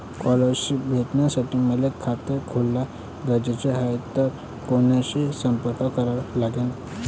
Scholarship भेटासाठी मले खात खोलने गरजेचे हाय तर कुणाशी संपर्क करा लागन?